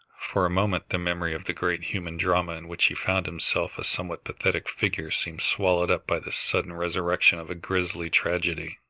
for a moment, the memory of the great human drama in which he found himself a somewhat pathetic figure seemed swallowed up by this sudden resurrection of a grisly tragedy.